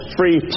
free